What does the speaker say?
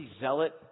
zealot